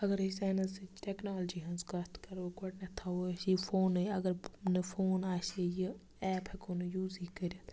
اگر أسۍ ساینَس سۭتۍ ٹٮ۪کنالجی ہٕنٛز کَتھ کَرو گۄڈنٮ۪تھ تھاوو أسۍ یہِ فونٕے اگر نہٕ فون آسہِ ہے یہِ ایپ ہٮ۪کو نہٕ یوٗزٕے کٔرِتھ